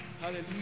Hallelujah